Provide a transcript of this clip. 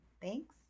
Thanks